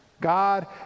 God